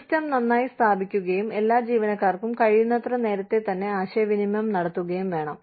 system നന്നായി സ്ഥാപിക്കുകയും എല്ലാ ജീവനക്കാർക്കും കഴിയുന്നത്ര നേരത്തെ തന്നെ ആശയവിനിമയം നടത്തുകയും വേണം